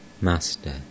Master